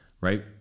right